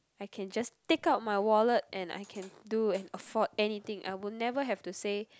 I can just take out my wallet and I can do and afford anything I would never have to say